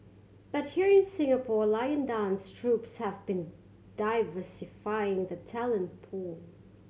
but here in Singapore lion dance troupes have been diversifying the talent pool